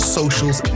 socials